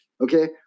okay